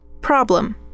Problem